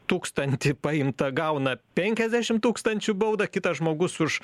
tūkstantį paimtą gauna penkiasdešim tūkstančių baudą kitas žmogus už